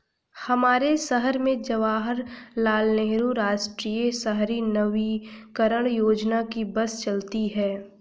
हमारे शहर में जवाहर लाल नेहरू राष्ट्रीय शहरी नवीकरण योजना की बस चलती है